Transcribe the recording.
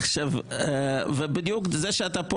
נראה לי שאתה רוצה